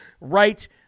right